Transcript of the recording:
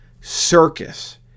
circus